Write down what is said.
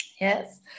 Yes